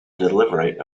delivery